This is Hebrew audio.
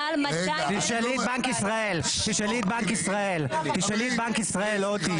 תשאלי את בנק ישראל ,לא אותי.